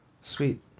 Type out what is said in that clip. sweet